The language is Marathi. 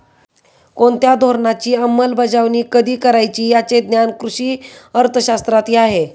कोणत्या धोरणाची अंमलबजावणी कधी करायची याचे ज्ञान कृषी अर्थशास्त्रातही आहे